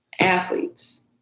athletes